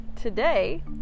today